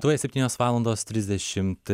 tuoj septynios valandos trisdešimt